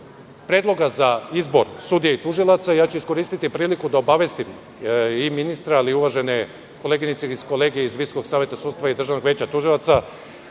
predloga za izbor sudija i tužioca, ja ću iskoristiti priliku da obavestim i ministra ali i uvažene koleginice i kolege iz Visokog saveta sudstva i Državnog veća tužilaca